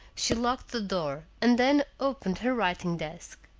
she locked the door, and then opened her writing-desk.